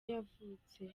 yavutse